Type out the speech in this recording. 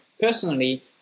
personally